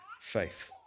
faith